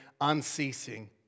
unceasing